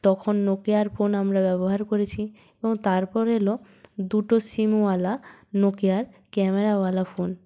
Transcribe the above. তখন নোকিয়ার ফোন আমরা ব্যবহার করেছি এবং তারপর এলো দুটো সিমওয়ালা নোকিয়ার ক্যামেরাওয়ালা ফোন